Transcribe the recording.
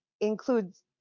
includes